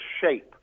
shape